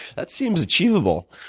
that seems achievable.